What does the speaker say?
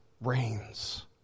reigns